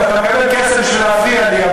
אתה מקבל כסף בשביל להפריע לי,